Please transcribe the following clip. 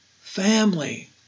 Family